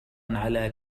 على